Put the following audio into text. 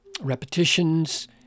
repetitions